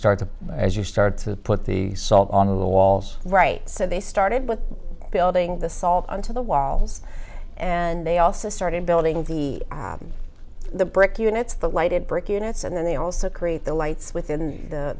start to as you started to put the salt on the walls right so they started with building the salt on to the walls and they also started building the the brick units the lighted brick units and then they also create the lights within